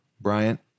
Bryant